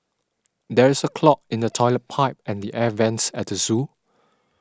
there is a clog in the Toilet Pipe and the Air Vents at the zoo